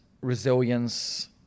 resilience